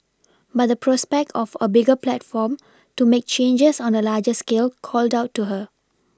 but the prospect of a bigger platform to make changes on a larger scale called out to her